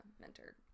mentor